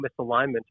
misalignment